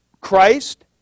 Christ